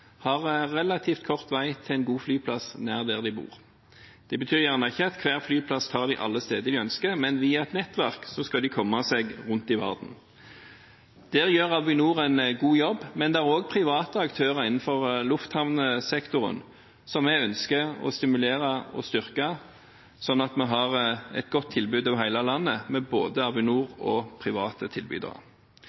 har relativt kort vei til en god flyplass nær der de bor. Det betyr ikke at hver flyplass tar dem alle steder de ønsker, men via et nettverk skal de komme seg rundt i verden. Der gjør Avinor en god jobb, men det er også private aktører innenfor lufthavnsektoren som vi ønsker å stimulere og styrke, slik at vi har et godt tilbud over hele landet med både Avinor og private tilbydere.